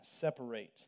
separate